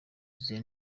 yuzuye